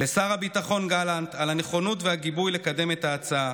לשר הביטחון גלנט על הנכונות והגיבוי לקדם את ההצעה,